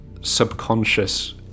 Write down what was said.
subconscious